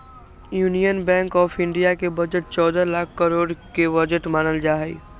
union bank of India के budget चौदह लाख करोड के बजट मानल जाहई